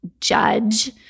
judge